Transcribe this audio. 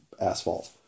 asphalt